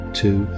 two